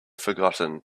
forgotten